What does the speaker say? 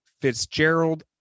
fitzgerald